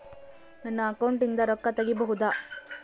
ನನ್ನ ಅಕೌಂಟಿಂದ ರೊಕ್ಕ ತಗಿಬಹುದಾ?